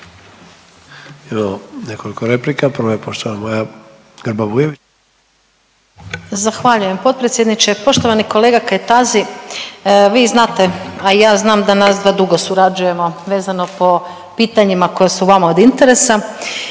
Imamo nekoliko replika, prva je poštovana Maja Grba Bujević. **Grba-Bujević, Maja (HDZ)** Zahvaljujem potpredsjedniče. Poštovani kolega Kajtazi. Vi znate, a i ja znam da nas dva dugo surađujemo vezano po pitanjima koja su vama od interesa.